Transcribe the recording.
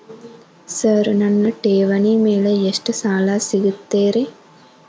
Sir ನನ್ನ ಠೇವಣಿ ಮೇಲೆ ಎಷ್ಟು ಸಾಲ ಸಿಗುತ್ತೆ ರೇ?